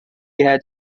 had